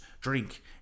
Drink